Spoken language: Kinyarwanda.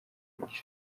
umugisha